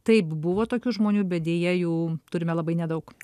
taip buvo tokių žmonių bet deja jų turime labai nedaug